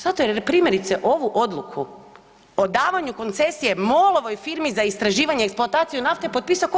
Zato jer je, primjerice, ovu odluku o davanju koncesije MOL-ovoj firmi za istraživanje i eksploataciju nafte potpisao tko?